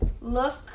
look